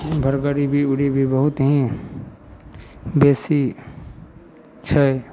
एमहर गरीबी उरीबी बहुत हीं बेसी छै